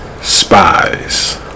Spies